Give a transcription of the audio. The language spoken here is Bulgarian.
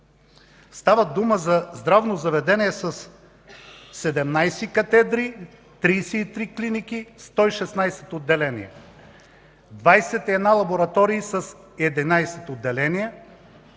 Става дума за здравно заведение със 17 катедри, 33 клиники, 116 отделения, 21 лаборатории с 11 отделения,